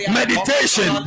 meditation